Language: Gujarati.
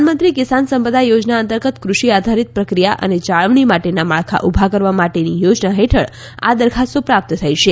પ્રધાનમંત્રી કિસાન સંપદા યોજના અંતર્ગત કૃષિ આધારિત પ્રક્રિયા અને જાળવણી માટેના માળખા ઉભાં કરવા માટેની યોજના હેઠળ આ દરખાસ્તો પ્રાપ્ત થઈ છે